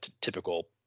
typical